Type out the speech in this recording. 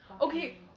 okay